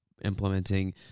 implementing